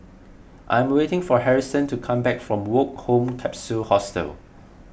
I am waiting for Harrison to come back from Woke Home Capsule Hostel